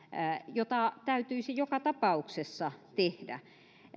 jota täytyisi joka tapauksessa tehdä